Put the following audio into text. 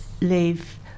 leave